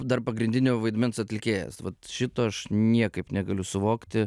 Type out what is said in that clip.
dar pagrindinio vaidmens atlikėjas vat šito aš niekaip negaliu suvokti